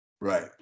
Right